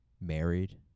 married